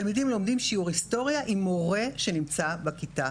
תלמידים לומדים שיעור היסטוריה עם מורה שנמצא בכיתה.